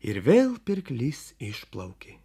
ir vėl pirklys išplaukė